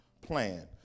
plan